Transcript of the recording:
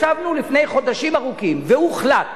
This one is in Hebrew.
ישבנו לפני חודשים ארוכים והוחלט